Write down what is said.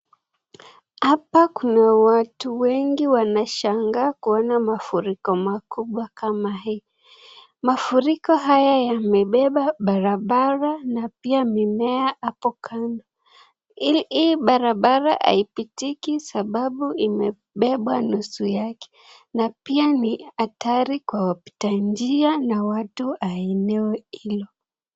Hapa Kuna watu wengi wanashanga kuona mafuriko makubwa kama hii, mafuriko haya yamebeba barabara na pia mimea hapa kando, hii barabara haipitiki sababu imepepwa nusu yake na pia ni hatari kwa wapita njia na watu wa eneo Hilo.